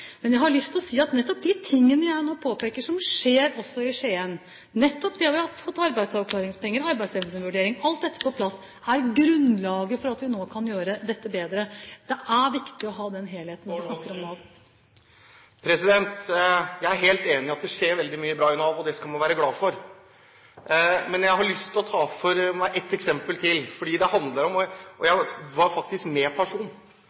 Men jeg har lyst til å si at nettopp de tingene jeg nå påpeker, som skjer også i Skien, nettopp det at vi har fått arbeidsavklaringspenger, arbeidsevnevurdering – alt dette – på plass, er grunnlaget for at vi nå kan gjøre dette bedre. Det er viktig å ha den helheten i forhold til Nav. Jeg er helt enig i at det skjer veldig mye bra i Nav, og det skal vi være glad for. Men jeg har lyst til å ta et eksempel til på hva det handler om. Jeg var faktisk med en person